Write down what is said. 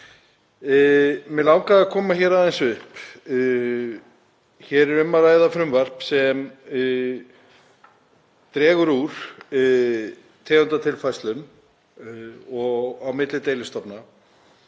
Mig langaði að koma hér aðeins upp. Hér er um að ræða frumvarp sem dregur úr tegundatilfærslum milli deilistofna,